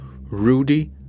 Rudy